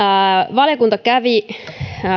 valiokunta kävi